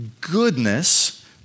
goodness